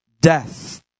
death